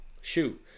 shoot